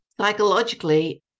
psychologically